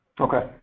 Okay